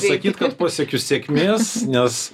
sakyt kad pasiekiu sėkmės nes